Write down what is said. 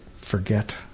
forget